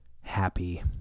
happy